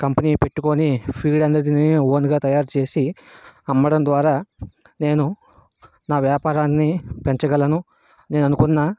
company పెట్టుకోని feed అనేది ఓన్గా తయారు చేసి అమ్మడం ద్వారా నేను నా వ్యాపారాన్నిపెంచగలను నేను అనుకున్నా